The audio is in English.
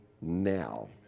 now